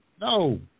No